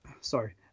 Sorry